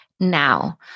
Now